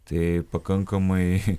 tai pakankamai